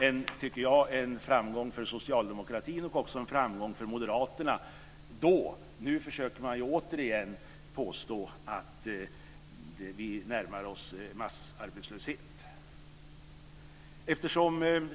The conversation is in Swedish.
Jag tycker att det var en framgång för socialdemokratin och även för moderaterna - då. Nu försöker man återigen påstå att vi närmar oss massarbetslöshet.